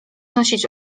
nosić